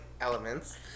elements